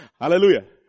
Hallelujah